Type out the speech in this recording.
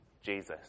Jesus